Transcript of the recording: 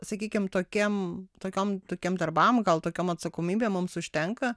sakykim tokiem tokiom tokiem darbam gal tokiom atsakomybėm mums užtenka